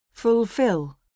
Fulfill